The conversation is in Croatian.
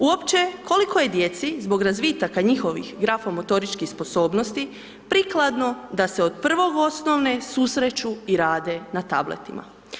Uopće, koliko je djeci zbog razvitaka njihovih grafomotoričkih sposobnosti prikladno da se od 1. osnovne susreću i rade na tabletima.